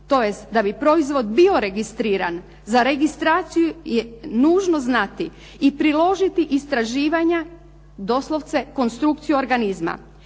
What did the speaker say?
tj. da bi proizvod bio registriran za registraciju je nužno znati i priložiti istraživanja, doslovce konstrukciju organizma.